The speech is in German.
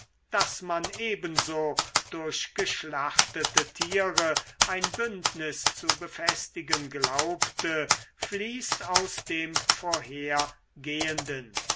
daß man ebenso durch geschlachtete tiere ein bündnis zu befestigen glaubte fließt aus dem vorhergehenden